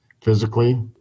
physically